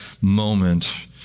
moment